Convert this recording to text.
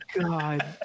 God